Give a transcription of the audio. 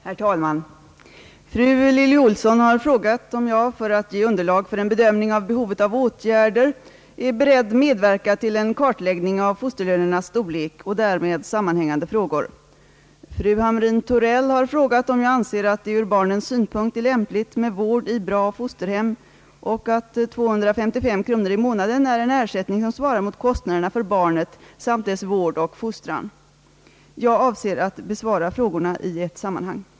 Herr talman! Fru Lilly Ohlsson har frågat om jag — för att ge underlag för en bedömning av behovet av åtgärder — är beredd medverka till en kartläggning av fosterlönernas storlek och därmed sammanhängande frågor. Fru Hamrin-Thorell har frågat om jag anser att det ur barnens synpunkt är lämpligt med vård i bra fosterhem och att 255 kronor i månaden är en ersättning som svarar mot kostnaderna för barnet samt dess vård och fostran. Jag avser att besvara frågorna i ett sammanhang.